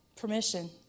permission